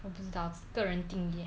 我不知道个人定义